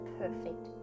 perfect